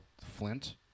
Flint